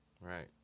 Right